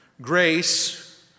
grace